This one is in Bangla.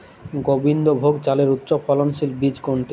গোবিন্দভোগ চালের উচ্চফলনশীল বীজ কোনটি?